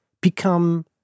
become